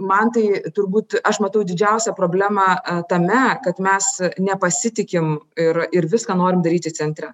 man tai turbūt aš matau didžiausią problemą tame kad mes nepasitikim ir ir viską norim daryti centre